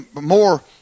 more